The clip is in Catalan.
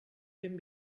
ben